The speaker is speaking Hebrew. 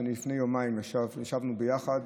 שלפני יומיים ישבנו ביחד,